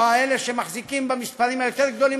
או אלה שמחזיקים במספרים היותר-גדולים,